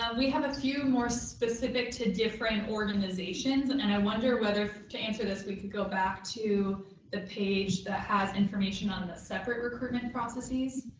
ah we have a few more specific to different organizations. and and i wonder whether to answer this we could go back to the page that has information on the separate recruitment processes.